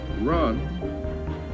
run